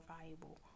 valuable